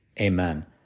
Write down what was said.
Amen